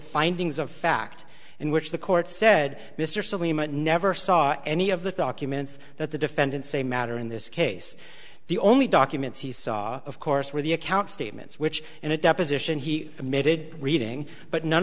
findings of fact in which the court said mr salema never saw a any of the documents that the defendant say matter in this case the only documents he saw of course were the account statements which in a deposition he admitted reading but none